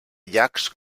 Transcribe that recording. llacs